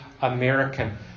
American